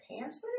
pants